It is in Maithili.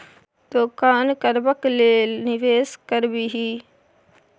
दोकान करबाक लेल निवेश करबिही